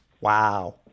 wow